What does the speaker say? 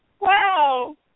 Wow